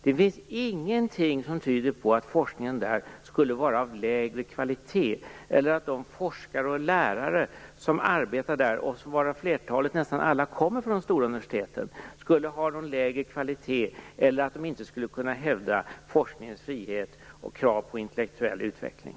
Det finns ingenting som tyder på att forskningen där skulle vara av lägre kvalitet eller att de forskare och lärare som arbetar där, varav flertalet kommer från de stora universiteten, skulle ha lägre kvalitet eller att de inte skulle kunna hävda forskningens frihet och krav på intellektuell utveckling.